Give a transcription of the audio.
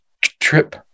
trip